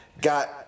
got